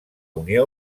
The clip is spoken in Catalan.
unió